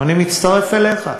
אני מצטרף אליך.